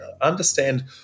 understand